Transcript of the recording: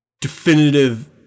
definitive